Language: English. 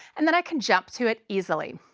and then i can jump to it easily.